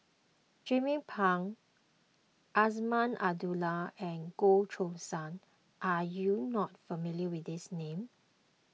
Jernnine Pang Azman Abdullah and Goh Choo San are you not familiar with these names